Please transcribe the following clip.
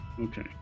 Okay